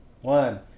One